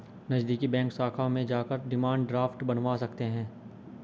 नज़दीकी बैंक शाखा में जाकर डिमांड ड्राफ्ट बनवा सकते है